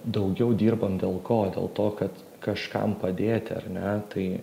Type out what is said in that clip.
daugiau dirbam dėl ko dėl to kad kažkam padėti ar ne tai